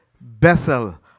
Bethel